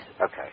Okay